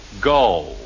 Go